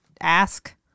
ask